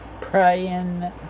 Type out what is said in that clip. praying